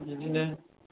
बिदिनो